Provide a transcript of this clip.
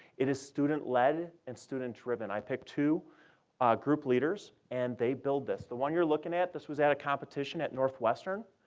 it is student-led and student-driven. i pick two group leaders, and they build this. the one you're looking at, this was at a competition at northwestern.